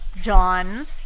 John